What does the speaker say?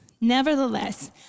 Nevertheless